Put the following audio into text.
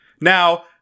Now